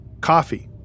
coffee